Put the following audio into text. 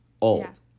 Old